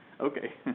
okay